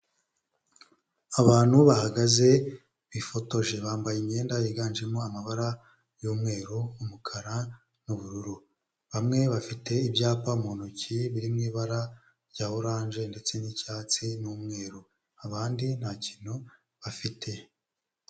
Abantu bahagaze bifotoje bambaye imyenda yiganjemo amabara y'umweru, umukara n'ubururu. Bamwe bafite ibyapa mu ntoki biri mu ibara rya oranje ndetse n'icyatsi n'umweru abandi nta kintu bafite.